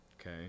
Okay